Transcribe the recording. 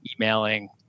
emailing